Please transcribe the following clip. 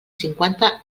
cinquanta